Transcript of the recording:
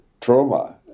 trauma